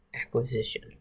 acquisition